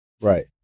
Right